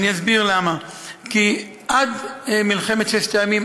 ואני אסביר למה: עד מלחמת ששת הימים,